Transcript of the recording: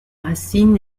racine